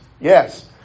Yes